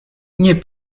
nie